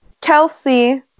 Kelsey